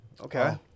okay